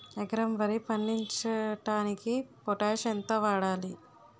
ఎకరం వరి పండించటానికి పొటాష్ ఎంత వాడాలి?